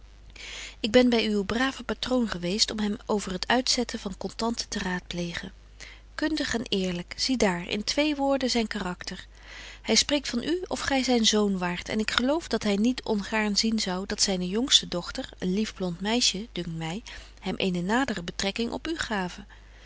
ik ben by uw braven patroon geweest om hem over het uitzetten van contanten te raadplegen kundig en eerlyk zie daar in twee woorden zyn karakter hy spreekt van u of gy zyn zoon waart en ik geloof dat hy niet ongaarn zien zou dat zyne jongste dochter een lief blont meisje dunkt my hem eene nadere betrekking op u gave